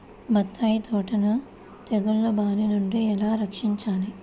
బత్తాయి తోటను తెగులు బారి నుండి ఎలా రక్షించాలి?